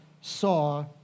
saw